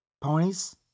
ponies